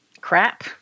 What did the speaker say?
Crap